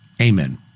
Amen